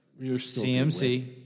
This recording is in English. CMC